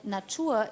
Natur